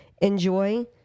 enjoy